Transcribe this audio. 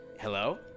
Hello